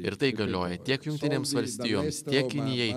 ir tai galioja tiek jungtinėms valstijoms tiek kinijai